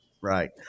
right